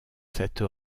cette